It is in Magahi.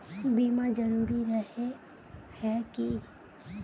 बीमा जरूरी रहे है की?